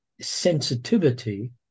sensitivity